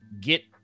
get